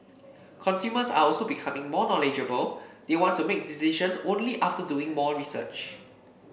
consumers are also becoming more knowledgeable they want to make decisions only after doing more research